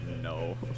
no